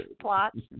plots